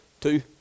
Two